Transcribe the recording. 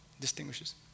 distinguishes